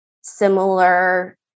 similar